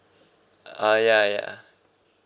uh ya ya